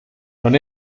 non